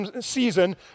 season